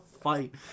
fight